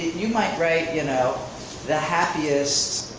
you might write you know the happiest,